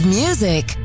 music